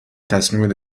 تصمیمت